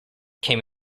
came